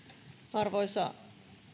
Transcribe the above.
arvoisa